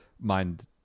mind